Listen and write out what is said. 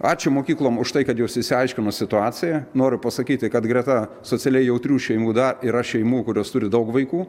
ačiū mokyklom už tai kad jos išsiaiškino situaciją noriu pasakyti kad greta socialiai jautrių šeimų dar yra šeimų kurios turi daug vaikų